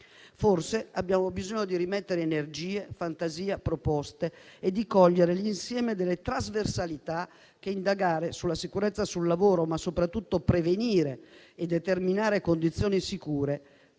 Forse abbiamo bisogno di rimettere energie, fantasia, proposte e di cogliere l'insieme di quelle trasversalità che indagare sulla sicurezza sul lavoro, ma soprattutto abbiamo bisogno di prevenire e di determinare condizioni sicure.